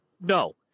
No